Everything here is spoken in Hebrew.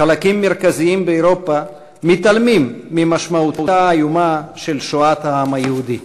חלקים מרכזיים באירופה מתעלמים ממשמעותה האיומה של שואת העם היהודי.